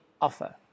offer